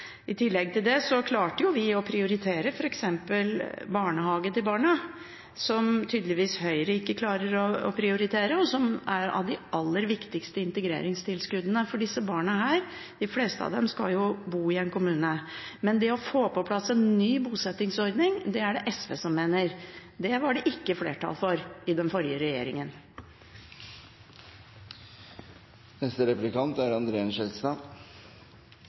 I tillegg til dette klarte vi å prioritere f.eks. barnehage til barna, noe som tydeligvis ikke Høyre klarer å prioritere, og som er av de aller viktigste integreringstilskuddene. De fleste av disse barna skal jo bo i en kommune. Å få på plass en ny bosettingsordning, det er det SV som mener. Det var det ikke flertall for i den forrige regjeringen. Jeg er